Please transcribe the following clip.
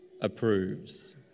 approves